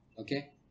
Okay